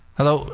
Hello